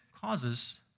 causes